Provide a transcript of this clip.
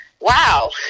wow